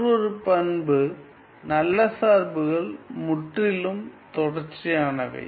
மற்றொரு பண்பு நல்ல சார்புகள் முற்றிலும் தொடர்ச்சியானவை